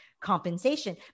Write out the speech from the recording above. compensation